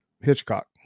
Hitchcock